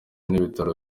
n’ibitaro